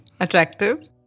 Attractive